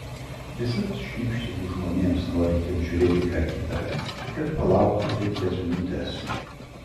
visad šnibžteliu žmonėms norintiems žiūrėti ką kita kad palauktų penkias minutes